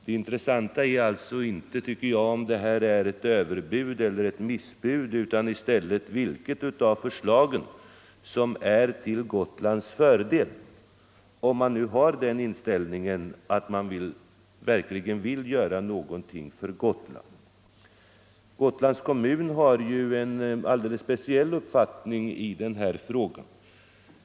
Om man verkligen vill göra någonting för Gotland, så är det intressanta inte om vårt förslag är ett överbud eller om regeringsförslaget är ett missbud utan vilket av förslagen som är mest till fördel för Gotland. Gotlands kommun har uttalat sin uppfattning i den frågan.